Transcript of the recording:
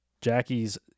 Jackie's